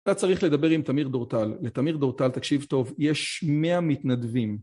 אתה צריך לדבר עם תמיר דורטל, לתמיר דורטל תקשיב טוב, יש מאה מתנדבים